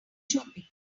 shopping